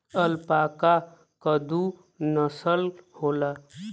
alpaca क दू नसल होला